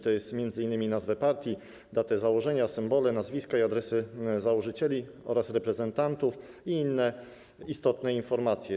Chodzi m.in. o nazwę partii, datę założenia, symbole, nazwiska i adresy założycieli oraz reprezentantów i inne istotne informacje.